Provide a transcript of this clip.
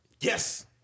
Yes